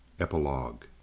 Epilogue